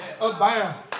abound